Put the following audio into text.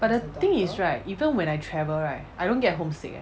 but the thing is right even when I travel right I don't get homesick eh